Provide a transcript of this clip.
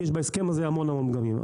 כי יש בהסכם הזה המון פגמים.